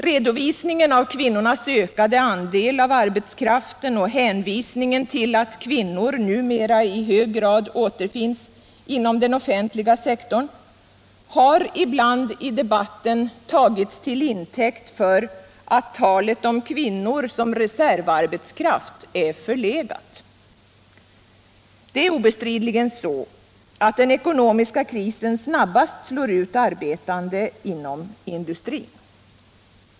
Redovisningen av kvinnornas ökade andel av arbetskraften och hänvisningen till att kvinnor numera i hög grad återfinns inom den offentliga sektorn har ibland i debatten tagits till intäkt för att talet om kvinnor som reservarbetskraft är förlegat. Det är obestridligen så att den ekonomiska krisen snabbast slår ut arbetande inom industrin.